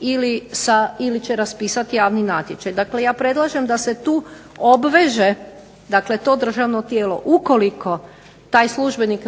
ili će napisati javni natječaj. Dakle, ja predlažem da se tu obveže to državno tijelo ukoliko taj službenik